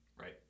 Right